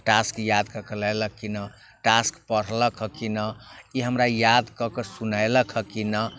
तऽ टास्क याद कऽ कऽ लेलक कि नहि टास्क पढ़लक हँ कि नहि ई हमरा याद कऽ कऽ सुनेलक हँ कि नहि